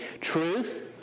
truth